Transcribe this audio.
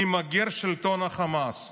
נמגר שלטון החמאס.